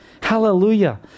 Hallelujah